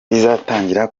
izatangira